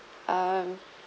um